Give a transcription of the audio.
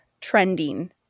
trending